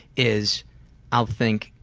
is i'll think,